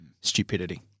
Stupidity